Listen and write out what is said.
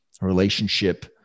relationship